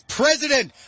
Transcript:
president